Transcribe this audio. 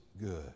good